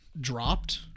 dropped